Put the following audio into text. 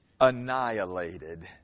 annihilated